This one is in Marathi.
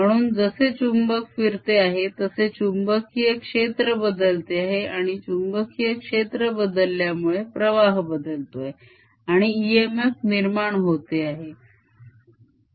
म्हणून जसे चुंबक फिरते आहे तसे चुंबकीय क्षेत्र बदलते आहे आणि चुंबकीय क्षेत्र बदलल्यामुळे प्रवाह बदलतो आहे आणि इएमएफ निर्माण होतो आहे